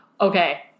Okay